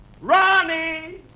Ronnie